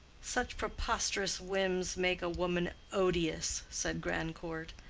such preposterous whims make a woman odious, said grandcourt,